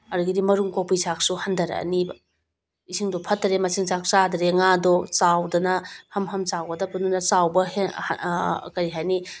ꯑꯗꯨꯒꯤꯗꯤ ꯃꯔꯨꯝ ꯀꯣꯛꯄꯒꯤ ꯆꯥꯡꯁꯨ ꯍꯟꯊꯔꯛꯑꯅꯤꯕ ꯏꯁꯤꯡꯗꯨ ꯐ꯭ꯔꯇ꯭ꯔꯦ ꯃꯆꯤꯟꯖꯥꯛ ꯆꯥꯗ꯭ꯔꯦ ꯉꯥꯗꯣ ꯆꯥꯎꯗꯅ ꯍꯝ ꯍꯝ ꯆꯥꯎꯒꯗꯕꯗꯨꯅ ꯆꯥꯎꯕ ꯀꯔꯤ ꯍꯥꯏꯅꯤ